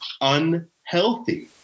unhealthy